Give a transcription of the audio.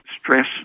stress